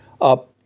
up